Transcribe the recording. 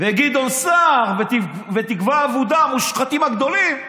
וגדעון סער ותקווה אבודה, המושחתים הגדולים,